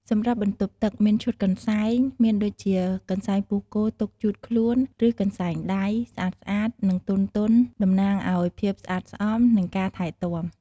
សម្រាប់បន្ទប់់ទឹក មានឈុតកន្សែង មានដូចជា កន្សែងពោះគោទុកជូតខ្លួន ឬកន្សែងដៃ ស្អាតៗ និងទន់ៗតំណាងឲ្យ ភាពស្អាតស្អំ និង ការថែទាំ។